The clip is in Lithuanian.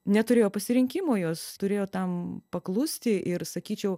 neturėjo pasirinkimo jos turėjo tam paklusti ir sakyčiau